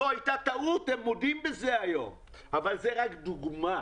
זו הייתה טעות והיום הם מודים בזה אבל זאת רק דוגמה.